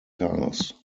cars